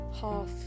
half